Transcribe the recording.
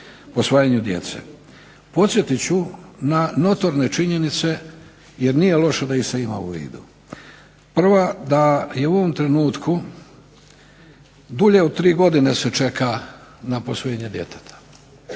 posvajanju djece. Podsjetit ću na notorne činjenice jer nije loše da ih se ima u vidu. Prva, da je u ovom trenutku dulje od tri godine se čeka na posvojenje djeteta.